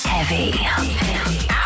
Heavy